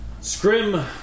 Scrim